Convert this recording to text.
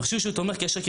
מכשיר שהוא תומך כשר,